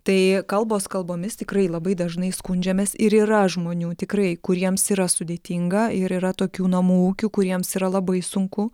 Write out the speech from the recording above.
tai kalbos kalbomis tikrai labai dažnai skundžiamės ir yra žmonių tikrai kuriems yra sudėtinga ir yra tokių namų ūkių kuriems yra labai sunku